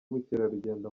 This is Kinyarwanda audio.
ubukerarugendo